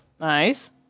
Nice